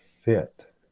fit